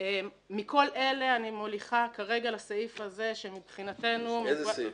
מכול אלה אני מוליכה כרגע לסעיף הזה שמבחינתנו --- איזה סעיף?